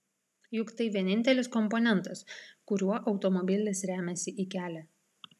juk tai vienintelis komponentas kuriuo automobilis remiasi į kelią